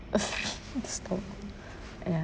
stop ya